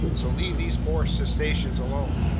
so leave these poor cetaceans alone.